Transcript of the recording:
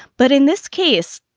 but in this case,